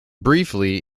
briefly